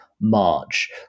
March